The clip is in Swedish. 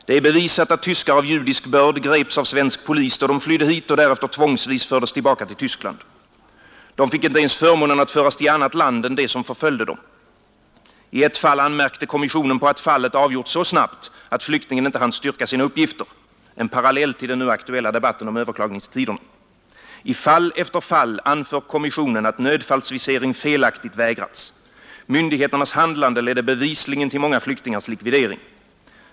Det är bevisat, att tyskar av judisk börd greps av svensk polis då de flydde hit och därefter tvångsvis fördes tillbaka till Tyskland. De fick inte ens förmånen att föras till annat land än det som förföljde dem. I ett fall anmärkte kommissionen på att fallet avgjorts så snabbt att flyktingen inte hann styrka sina uppgifter, en parallell till den nu aktuella debatten om överklagningstiderna. I fall efter fall anför kommissionen att nödfallsvisering felaktigt vägrats. Myndigheternas handlande ledde bevisligen till många flyktingars likvidering.